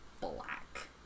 black